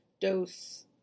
dose